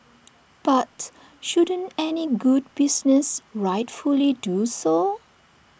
but shouldn't any good business rightfully do so